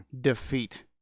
Defeat